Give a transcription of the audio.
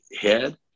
head